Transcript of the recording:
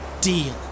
deal